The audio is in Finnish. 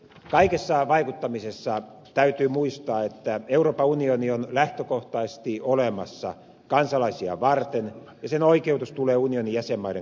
kaikessa vaikuttamisessa täytyy muistaa että euroopan unioni on lähtökohtaisesti olemassa kansalaisiaan varten ja sen oikeutus tulee unionin jäsenmaiden kansalaisilta